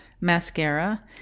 mascara